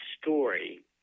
story